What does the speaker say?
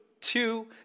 two